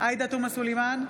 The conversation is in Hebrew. עאידה תומא סלימאן,